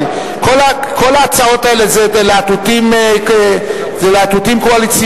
כל ההצעות האלה זה להטוטים קואליציוניים,